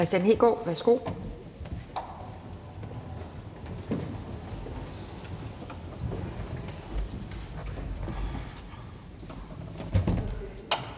Kristian Hegaard, værsgo.